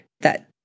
that-